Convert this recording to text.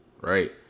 right